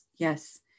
Yes